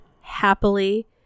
happily